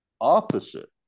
Opposite